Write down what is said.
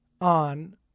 on